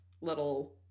little